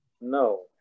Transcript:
no